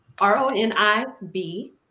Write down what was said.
R-O-N-I-B